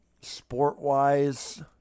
Sport-wise